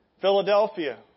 Philadelphia